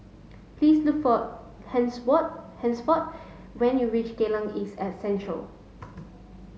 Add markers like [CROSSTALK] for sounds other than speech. please look for [UNINTELLIGIBLE] Hansford when you reach Geylang East at Central